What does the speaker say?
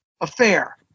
affair